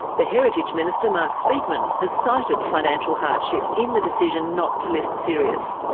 the heritage minister, mark speakman, has cited financial hardship in the decision not to list sirius.